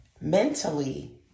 mentally